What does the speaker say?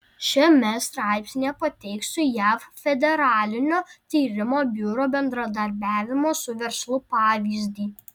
šiame straipsnyje pateiksiu jav federalinio tyrimo biuro bendradarbiavimo su verslu pavyzdį